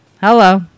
Hello